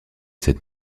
cette